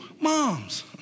moms